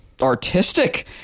artistic